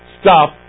Stop